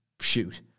shoot